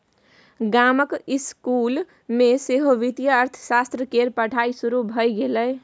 गामक इसकुल मे सेहो वित्तीय अर्थशास्त्र केर पढ़ाई शुरू भए गेल